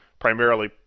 primarily